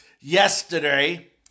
yesterday